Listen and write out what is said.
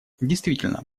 действительно